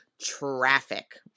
traffic